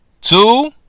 Two